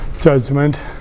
judgment